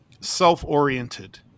self-oriented